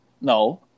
No